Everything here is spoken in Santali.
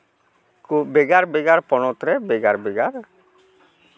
ᱠᱚ ᱵᱷᱮᱜᱟᱨ ᱵᱷᱮᱜᱟᱨ ᱯᱚᱱᱚᱛ ᱨᱮ ᱵᱷᱮᱜᱟᱨ ᱵᱷᱮᱜᱟᱨ